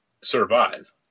Survive